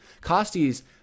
Costi's